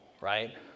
right